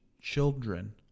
Children